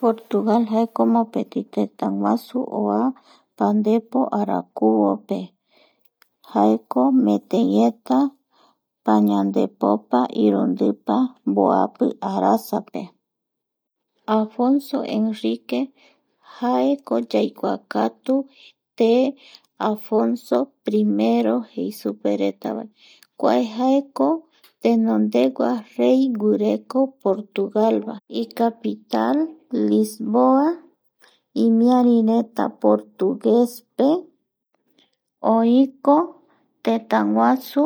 Portugal jaeko mopeti tetaguasu oa pandepo arakuvope jaeko metei eta pañandepo irundipa mboapi arasape Alfonso Enrique jaeko yaijuakatu tee Alfonso primero jei superetavae kua jaeko tenondegua rey guireko portugalva icapital Lisboa imiarireta portuguespe oiko tetaguasu